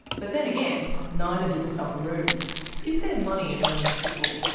but then again, neither do the socceroos. is there money in women's football?